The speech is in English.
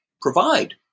provide